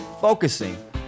focusing